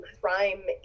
crime